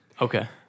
Okay